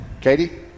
katie